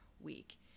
week